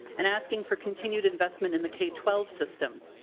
and asking for continued investment in the k twelve system.